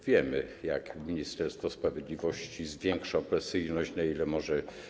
Wiemy, jak Ministerstwo Sprawiedliwości zwiększa opresyjność prawa, na ile może.